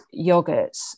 yogurts